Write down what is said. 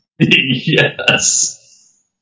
Yes